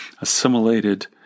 assimilated